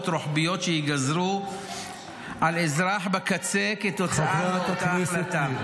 רוחביות שייגזרו על אזרח בקצה כתוצאה מאותה החלטה?